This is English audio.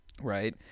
right